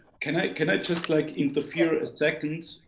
can can i just like interfere a second?